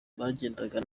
bagendaga